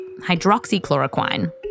hydroxychloroquine